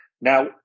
Now